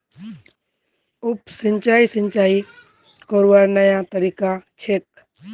उप सिंचाई, सिंचाई करवार नया तरीका छेक